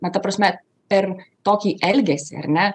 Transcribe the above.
na ta prasme per tokį elgesį ar ne